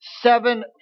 seven